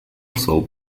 sold